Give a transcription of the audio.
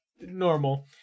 normal